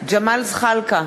ג'מאל זחאלקה,